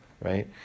right